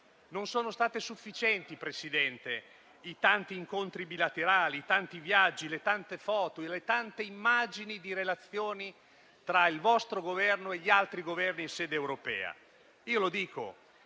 Non sono stati sufficienti, Presidente, i tanti incontri bilaterali, i tanti viaggi, le tante foto e le tante immagini di relazioni tra il vostro Governo e gli altri Governi in sede europea. Era